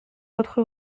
votre